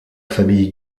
famille